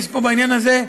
בעניין הזה,